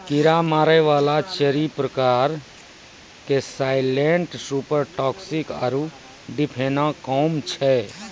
कीड़ा मारै वाला चारि प्रकार के साइलेंट सुपर टॉक्सिक आरु डिफेनाकौम छै